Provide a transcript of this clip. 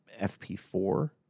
FP4